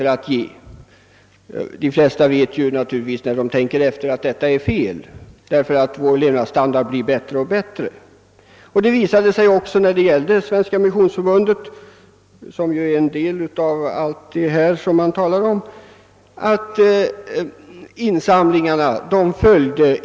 Vid närmare eftertanke inser givetvis de allra flesta att detta är fel. Vår levnadsstandard blir ju bättre och bättre. Det visade sig också att gåvorna i Svenska missionsförbundet i stort sett följde reallöneutvecklingen i landet.